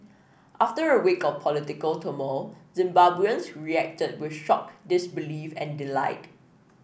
after a week of political turmoil Zimbabweans reacted with shock disbelief and delight